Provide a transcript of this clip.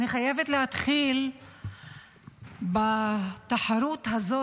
אני חייבת להתחיל בתחרות הזו